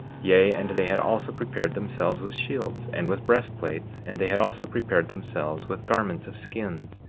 yea, and they had also prepared themselves with shields, and with breastplates and they had also prepared themselves with garments of skins,